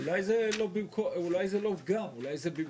אולי זה לא גם, אולי זה במקום.